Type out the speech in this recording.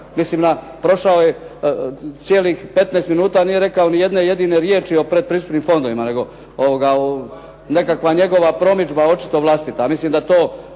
Mislim, prošao je cijelih 15 minuta, a nije rekao ni jedne jedine riječi o predpristupnim fondovima, nego nekakva njegova promidžba očito vlastita.